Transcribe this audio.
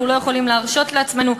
אנחנו לא יכולים להרשות לעצמנו.